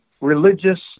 religious